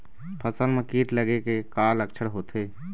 फसल म कीट लगे के का लक्षण होथे?